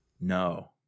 No